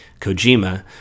Kojima